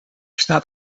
staat